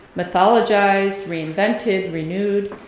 mythologized, reinvented, renewed,